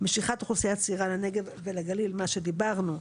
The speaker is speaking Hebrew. משיכת אוכלוסייה צעירה לנגב ולגליל, מה שדיברנו,